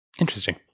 Interesting